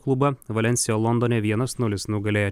klubą valensija londone vienas nulis nugalėjo